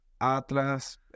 Atlas